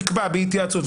יקבע בהתייעצות.